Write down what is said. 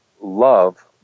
love